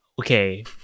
okay